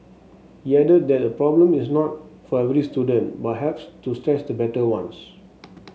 he added that the problem is not for every student but helps to stretch the better ones